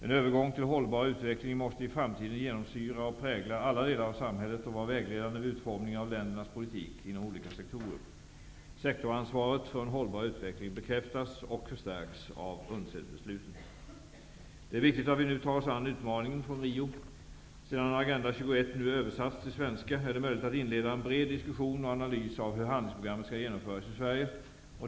En övergång till hållbar utveckling måste i framtiden genomsyra och prägla alla delar av samhället och vara vägledande vid utformningen av ländernas politik inom olika sektorer. Sektorsansvaret för en hållbar utveckling bekräftas och förstärks av UNCED-besluten. Det är viktigt att vi nu tar oss an utmaningen från Rio. Sedan Agenda 21 nu översatts till svenska är det möjligt att inleda en bred diskussion och analys av hur handlingsprogrammet skall genomföras i Sverige.